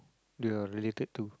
the related to